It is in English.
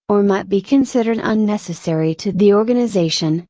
or might be considered unnecessary to the organization,